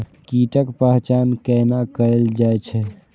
कीटक पहचान कैना कायल जैछ?